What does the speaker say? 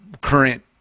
current